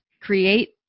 create